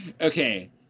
okay